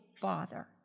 father